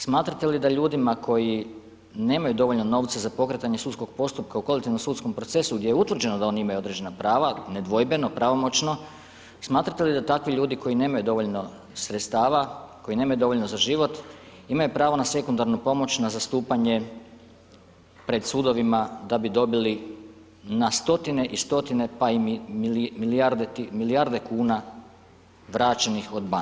Smatrate li da ljudima koji nemaju dovoljno novca za pokretanje sudskog postupka u kolektivnom sudskom procesu gdje je utvrđeno da oni imaju određena prava, nedvojbeno pravomoćno, smatrate li da takvi ljudi koji nemaju dovoljno sredstava, koji nemaju dovoljno za život imaju pravo na sekundarnu pomoć na zastupanje pred sudovima da bi dobili na 100-tine i 100-tine, pa milijarde kuna vraćenih od banaka.